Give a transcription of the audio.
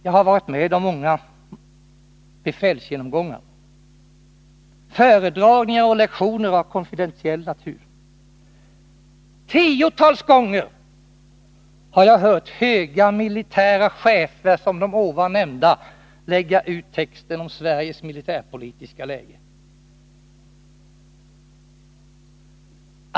Jag har varit med om många befälsgenomgångar, föredragningar och lektioner av konfidentiell natur. Tiotals gånger har jag hört höga militära chefer, som de här nämnda, lägga ut texten om Sveriges militärpolitiska läge.